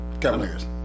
Cavaliers